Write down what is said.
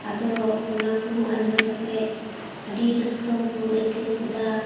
ᱟᱫᱚ ᱚᱱᱟ ᱠᱚ ᱟᱸᱡᱚᱢ ᱠᱟᱛᱮ ᱟᱹᱰᱤ ᱨᱟᱹᱥᱠᱟᱹ ᱠᱚ ᱟᱹᱭᱠᱟᱹᱣ ᱠᱮᱫᱟ